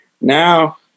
now